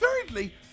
thirdly